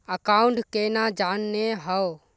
Account केना जाननेहव?